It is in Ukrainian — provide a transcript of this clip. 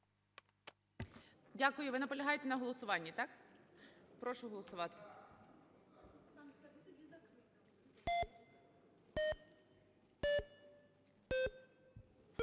Дякую. Ви наполягаєте на голосуванні, так? Прошу голосувати.